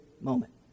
moment